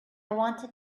wanted